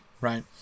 right